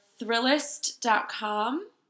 Thrillist.com